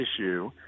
issue